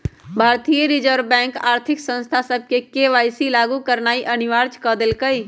भारतीय reserve bank आर्थिक संस्था सभके के.वाई.सी लागु करनाइ अनिवार्ज क देलकइ